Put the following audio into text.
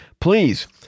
Please